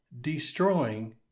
destroying